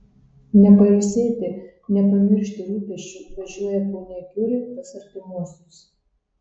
ne pailsėti ne pamiršti rūpesčių važiuoja ponia kiuri pas artimuosius